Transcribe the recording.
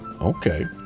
Okay